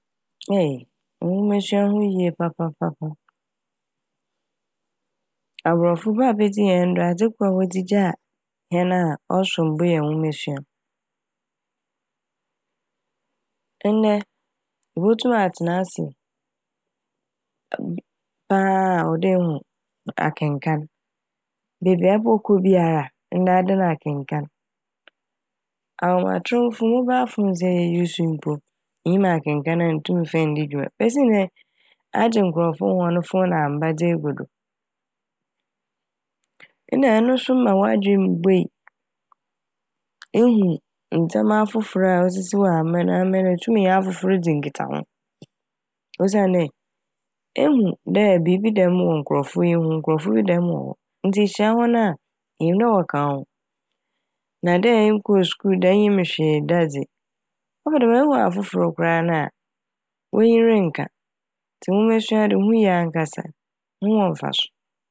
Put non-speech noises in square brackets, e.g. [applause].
[hesitation] Nwomasua ho hia papapapapa, aborɔfo baa bedzi hɛn do adze kor a wɔdze gyaa hɛn a ɔsom bo yɛ nwomasua a. Ndɛ botum atsena ase bb- paa a ɔwɔ dɛ ehu akenkan, beebi a ɛbɔkɔ biara ndɛ adan akenkan. Ahomatrofo "mobile phones" a yeuse mpo innyim akenkan a enntum mmfa di dwuma besi ndɛn agye nkorɔfo hɔn fone ammba dze egu do. Nna ɛno so ma w'adwen mu buei, ehu ndzɛma fofor a osisi wɔ amanaman mu, itum nye afofor dzi nkitsaho osiandɛ ehu dɛ biibi dɛm wɔ nkorɔfo yi ho, nkorɔfo bi dɛm wɔhɔ ntsi ihyia hɔn a inyim dɛ wɔka wo ho na dɛ ɛnnkɔ skuul da innyim hwee da dze ɔba ne dɛm ehu afofor koraa na a w'enyi rennka. Ntsi nwomasua de ho hia ankasa ho wɔ mfaso.